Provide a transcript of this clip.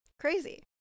Crazy